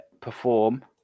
perform